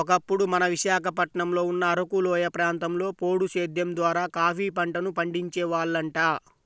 ఒకప్పుడు మన విశాఖపట్నంలో ఉన్న అరకులోయ ప్రాంతంలో పోడు సేద్దెం ద్వారా కాపీ పంటను పండించే వాళ్లంట